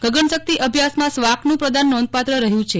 ગગનશક્તિ અભ્યાસમાં સ્વાકનું પ્રદાન નોંધપાત્ર રહ્યું છે